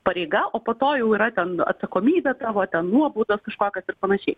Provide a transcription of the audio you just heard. pareiga o po to jau yra ten atsakomybė tavo ten nuobaudos kažkokios ir panašiai